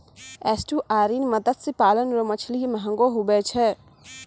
estuarine मत्स्य पालन रो मछली महगो हुवै छै